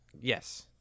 Yes